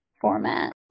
format